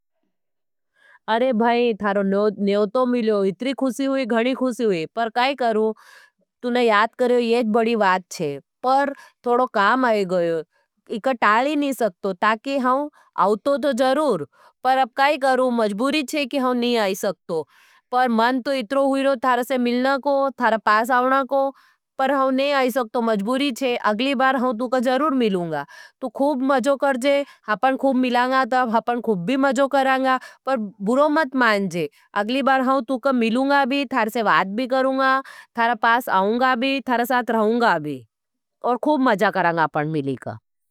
अरे भाई थारो नियोतो मिलो इतरी खुशी हुई गणी खुशी हुई। पर काई करू तुने याद करेओ येज बड़ी वात छे पर थोड़ो काम आये गए इक टाली नहीं सकतो। ताकि हम आउतो थो जरूर पर अब काई करू मजबूरी छे कि हम नहीं आई सकतो पर मन तो इत्रो हुई रोध थारसे मिलना को थार पास आउना को। पर हम नहीं आई सकतो मजबूरी छे अगली बार हम तुक जरूर मिलूंगा तु खूब मज़ो कर जे हपन खूब मिलांगा तब हपन खूब भी मज़ो करांगा। पर बुरो मत मान जे अगली बार हम तुक मिलूंगा भी थारसे वाद भी करूंगा थार पास आउंगा भी थार साथ रहूंगा भी और खूब मज़ो करांगा अपन मिली का।